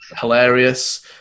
hilarious